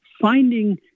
finding